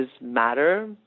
matter